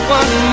one